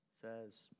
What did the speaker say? says